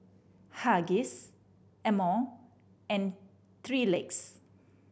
Huggies Amore and Three Legs